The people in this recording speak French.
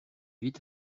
vite